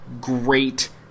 great